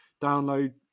download